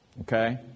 Okay